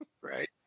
right